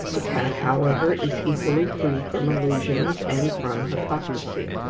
the cat, however, is equally free from illusions and from hypocrisy.